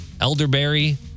elderberry